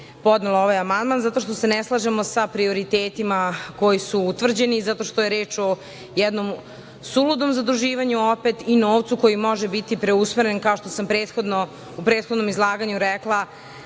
podnelo ovaj amandman, zato što se ne slažemo sa prioritetima koji su utvrđeni i zato što je reč o jednom suludom zaduživanju, a opet i novcu koji može biti preusmeren, kao što sam u prethodnom izlaganju rekla,